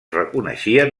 reconeixien